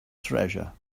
treasure